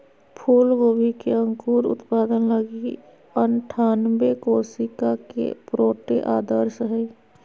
फूलगोभी के अंकुर उत्पादन लगी अनठानबे कोशिका के प्रोट्रे आदर्श हइ